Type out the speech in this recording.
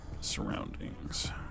surroundings